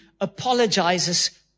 apologizes